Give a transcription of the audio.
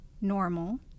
normal